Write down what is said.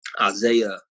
Isaiah